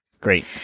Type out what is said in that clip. Great